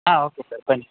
ಹಾಂ okay sir ಬನ್ನಿ